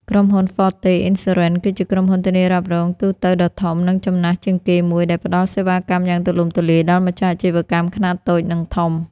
ក្រុមហ៊ុន Forte Insurance គឺជាក្រុមហ៊ុនធានារ៉ាប់រងទូទៅដ៏ធំ និងចំណាស់ជាងគេមួយ ដែលផ្ដល់សេវាកម្មយ៉ាងទូលំទូលាយដល់ម្ចាស់អាជីវកម្មខ្នាតតូច និងធំ។